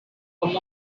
come